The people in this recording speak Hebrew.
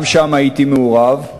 גם שם הייתי מעורב,